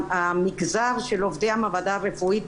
המגזר של עובדי המעבדה הרפואית,